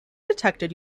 detected